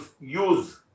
use